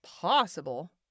possible